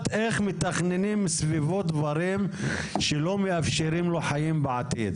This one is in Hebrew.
איך מתכננים מסביבו דברים שלא מאפשרים לו חיים בעתיד.